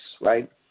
right